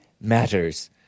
matters